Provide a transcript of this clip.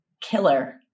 killer